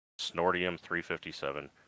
Snortium-357